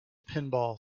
pinball